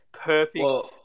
perfect